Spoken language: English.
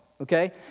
okay